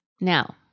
Now